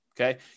okay